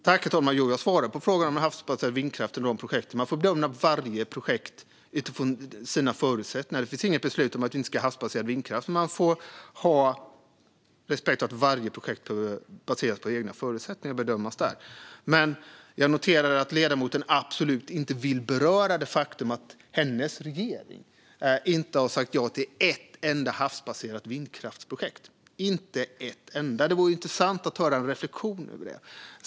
Herr talman! Jo, jag svarade på frågan om havsbaserad vindkraft och de projekten. Man får bedöma varje projekt utifrån dess förutsättningar. Det finns inget beslut om att vi inte ska ha havsbaserad vindkraft, men man får ha respekt för att varje projekt baseras på egna förutsättningar och bedöms utifrån dem. Men jag noterar att ledamoten absolut inte vill beröra det faktum att hennes regering inte har sagt ja till ett enda projekt som gäller havsbaserad vindkraft. Det vore intressant att höra en reflektion kring detta.